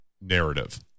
narrative